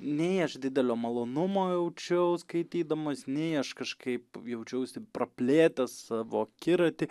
nei aš didelio malonumo jaučiau skaitydamas nei aš kažkaip jaučiausi praplėtęs savo akiratį